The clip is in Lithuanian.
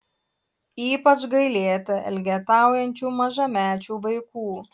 ypač gailėta elgetaujančių mažamečių vaikų